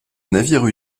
navires